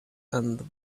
and